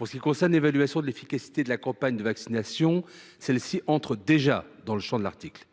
En ce qui concerne l’évaluation de l’efficacité de la campagne de vaccination, celle ci entre déjà dans le champ de l’article.